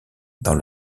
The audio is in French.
dans